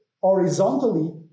horizontally